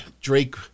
Drake